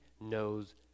knows